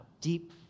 deep